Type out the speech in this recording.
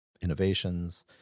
innovations